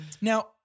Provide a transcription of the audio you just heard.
Now